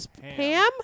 Pam